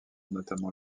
notamment